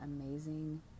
amazing